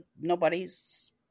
nobody's